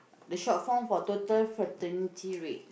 the short form for total fertility rate